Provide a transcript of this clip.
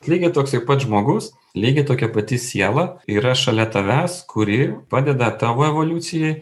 lygiai toksai pat žmogus lygiai tokia pati siela yra šalia tavęs kuri padeda tavo evoliucijai